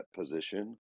position